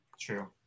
True